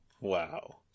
Wow